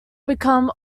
become